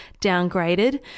downgraded